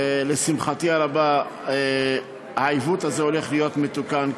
לשמחתי הרבה, העיוות הזה הולך להיות מתוקן.